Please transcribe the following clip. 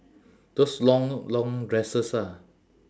those long long dresses ah